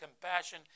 compassion